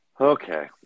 Okay